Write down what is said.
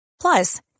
Plus